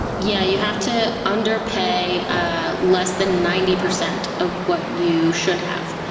yeah you have to underpay ah less than ninety percent of what you should have.